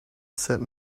said